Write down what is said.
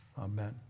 Amen